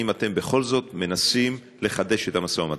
האם אתם בכל זאת מנסים לחדש את המשא-ומתן?